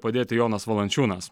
padėti jonas valančiūnas